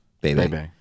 Baby